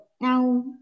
now